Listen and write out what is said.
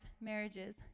marriages